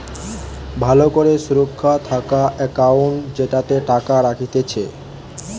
ভালো করে সুরক্ষা থাকা একাউন্ট জেতাতে টাকা রাখতিছে